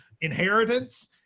inheritance